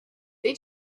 they